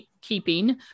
keeping